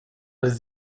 les